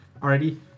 Alrighty